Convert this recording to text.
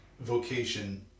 vocation